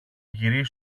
γυρίσει